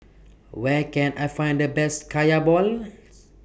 Where Can I Find The Best Kaya Balls